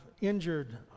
injured